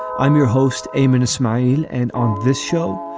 i'm your host, a and smile. and on this show,